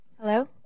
Hello